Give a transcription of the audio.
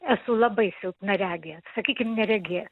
esu labai silpnaregė sakykim neregė